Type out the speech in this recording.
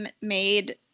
made